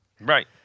Right